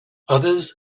others